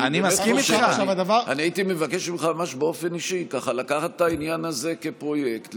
אני הייתי מבקש ממך ממש באופן אישי לקחת את העניין הזה כפרויקט.